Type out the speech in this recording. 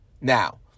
now